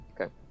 Okay